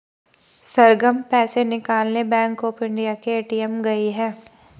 सरगम पैसे निकालने bank of India के ए.टी.एम गई है